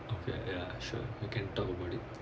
I feel like ya sure you can talk about it